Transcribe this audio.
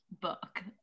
book